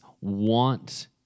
want